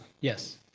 Yes